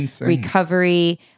recovery